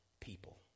people